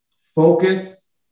focus